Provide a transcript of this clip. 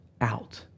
out